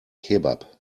kebab